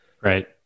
Right